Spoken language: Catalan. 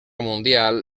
mundial